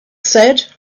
said